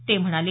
ते म्हणाले